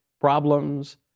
problems